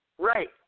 Right